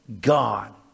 God